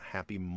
Happy